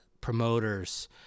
promoters